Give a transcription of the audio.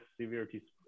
severity